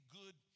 good